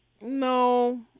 No